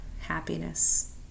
happiness